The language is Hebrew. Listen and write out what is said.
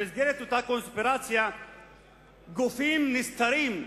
במסגרת אותה קונספירציה גופים נסתרים,